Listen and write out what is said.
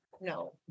No